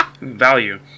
value